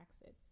access